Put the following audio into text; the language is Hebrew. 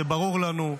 זה ברור לנו.